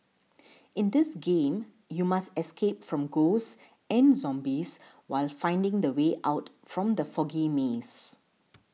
in this game you must escape from ghosts and zombies while finding the way out from the foggy maze